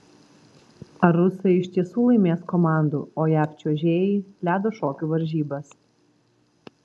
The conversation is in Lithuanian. ar rusai iš tiesų laimės komandų o jav čiuožėjai ledo šokių varžybas